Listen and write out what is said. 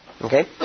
Okay